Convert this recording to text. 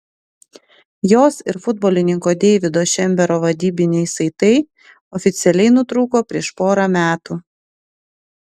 jos ir futbolininko deivido šembero vedybiniai saitai oficialiai nutrūko prieš porą metų